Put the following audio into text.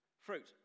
Fruit